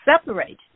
separate